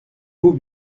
vous